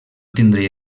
tindria